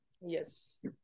Yes